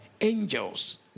Angels